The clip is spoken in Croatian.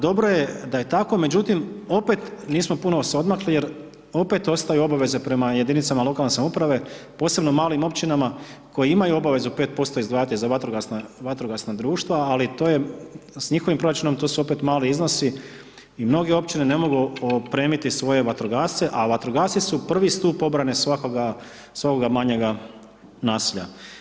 Dobro je da je tako, međutim, opet nismo puno se odmakli jer opet ostaju obaveze prema jedinicama lokalne samouprave posebno malim općinama koje imaju obavezu 5% izdvajati za vatrogasna društva ali to je s njihovom proračunom, to su opet mali iznosi i mnoge općine ne mogu opremiti svoje vatrogasce a vatrogasci su prvi stup obrane svakoga manjega naselja.